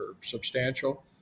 substantial